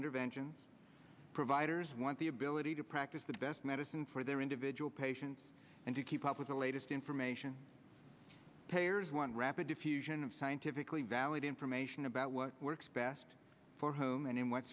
intervention providers want the ability to practice the best medicine for their individual patients and to keep up with the latest information payers one rapid diffusion of scientifically valid information about what works best for home and in what